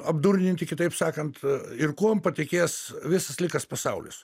apdurninti kitaip sakant ir kuom patikės visas likęs pasaulis